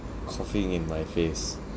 coughing in my face